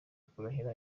kurahira